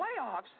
Playoffs